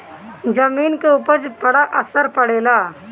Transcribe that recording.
जमीन के उपज पर बड़ा असर पड़ेला